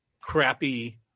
crappy